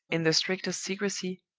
in the strictest secrecy,